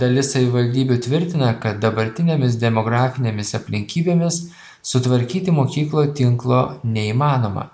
dalis savivaldybių tvirtina kad dabartinėmis demografinėmis aplinkybėmis sutvarkyti mokyklų tinklo neįmanoma